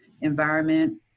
environment